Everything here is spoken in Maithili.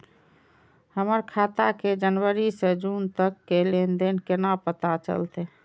हमर खाता के जनवरी से जून तक के लेन देन केना पता चलते?